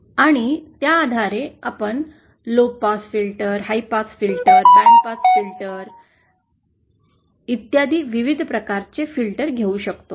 आणि त्या आधारे आपण lowpass filter high pass filter bandpass filter lowpass filters high pass filters and bandpass filters इत्यादी विविध प्रकारचे फिल्टर घेऊ शकतो